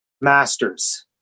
Masters